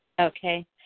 Okay